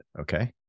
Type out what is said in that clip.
Okay